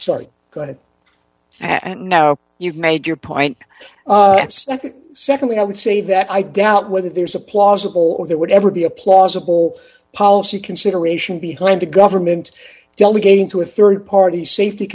sorry good and now you've made your point i think secondly i would say that i doubt whether there's a plausible or there would ever be a plausible policy consideration behind the government delegating to a rd party safety